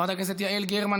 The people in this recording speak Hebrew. חברת הכנסת יעל גרמן,